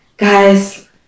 Guys